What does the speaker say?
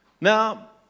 Now